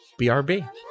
brb